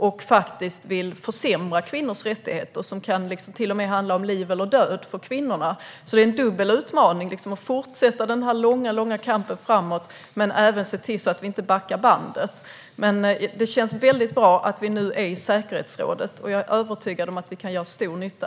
Det är krafter som faktiskt vill försämra kvinnors rättigheter, och det kan till och med handla om liv eller död för kvinnorna. Det är alltså en dubbel utmaning att fortsätta den långa, långa kampen framåt men även se till att vi inte backar bandet. Det känns väldigt bra att vi nu har en plats i säkerhetsrådet. Jag är övertygad om att vi kan göra stor nytta.